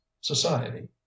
society